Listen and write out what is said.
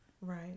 Right